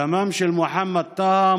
דמם של מוחמד טאהא,